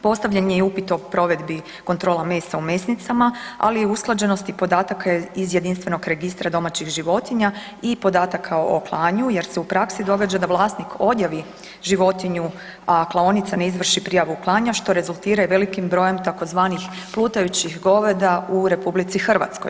Postavljen je i upit o provedbi kontrola mesa u mesnicama, ali i usklađenosti podataka iz Jedinstvenog registra domaćih životinja i podataka o klanju jer se u praksi događa da vlasnik odjavi životinju, a klaonica ne izvrši prijavu klanja, što rezultira i velikim brojem tzv. plutajućih goveda u RH.